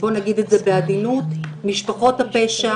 בוא נגיד את זה בעדינות משפחות הפשע.